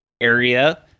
area